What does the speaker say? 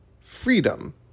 freedom